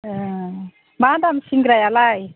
एह मा दाम सिंग्रायालाय